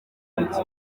riti